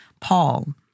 Paul